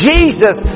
Jesus